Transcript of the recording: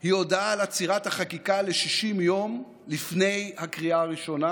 היא הודעה על עצירת החקיקה ל-60 יום לפני הקריאה הראשונה